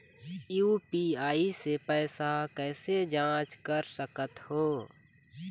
UPI से पैसा कैसे जाँच कर सकत हो?